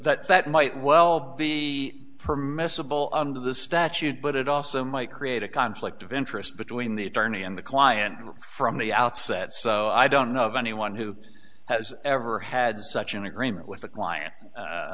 that that might well be permissible under the statute but it also might create a conflict of interest between the attorney and the client from the outset so i don't know of anyone who has ever had such an agreement with a client u